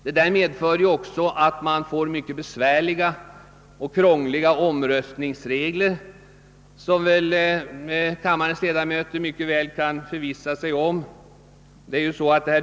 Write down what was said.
De medför också att man får mycket besvärliga och krångliga omröstningsregler, något som kammarens ledamöter mycket väl kan förvissa sig om.